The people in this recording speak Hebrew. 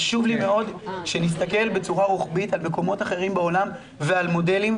חשוב לי מאוד שנסתכל בצורה רוחבית על מקומות אחרים בעולם ועל מודלים,